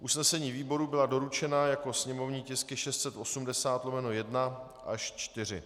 Usnesení výboru byla doručena jako sněmovní tisky 680/1 až 4.